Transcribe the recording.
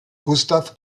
gustav